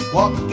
Walk